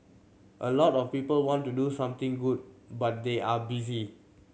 a lot of people want to do something good but they are busy